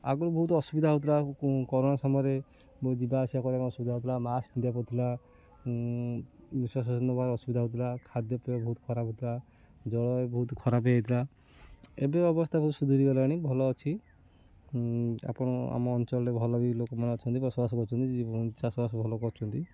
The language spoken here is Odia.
ଆଗୁରୁ ବହୁତ ଅସୁବିଧା ହେଉଥିଲା କରୋନା ସମୟରେ ବହୁତ ଯିବାଆସିବା କରିବାକୁ ଅସୁବିଧା ହେଉଥିଲା ମାସ୍କ ପିନ୍ଧିବାକୁ ନେବାର ଅସୁବିଧା ହେଉଥିଲା ଖାଦ୍ୟପେୟ ବହୁତ ଖରାପ ହେଉଥିଲା ଜଳ ବହୁତ ଖରାପ ହେଇଯାଇଥିଲା ଏବେ ଅବସ୍ଥା ବହୁତ ସୁଧୁରି ଗଲାଣି ଭଲ ଅଛି ଆପଣ ଆମ ଅଞ୍ଚଳରେ ଭଲ ବି ଲୋକମାନେ ଅଛନ୍ତି ବସବାସ କରୁଛନ୍ତି ଚାଷବାସ ଭଲ କରୁଛନ୍ତି